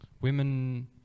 women